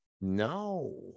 No